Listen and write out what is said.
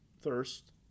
thirst